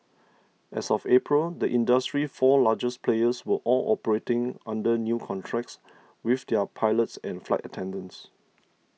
as of April the industry's four largest players were all operating under new contracts with their pilots and flight attendants